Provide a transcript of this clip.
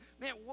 man